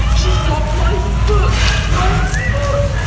got my foot. my foot.